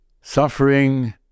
suffering